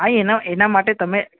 હા એના એના માટે તમે